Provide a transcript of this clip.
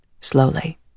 Slowly